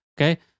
okay